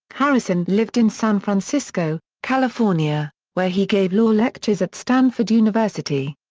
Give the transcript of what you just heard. harrison lived in san francisco, california, where he gave law lectures at stanford university.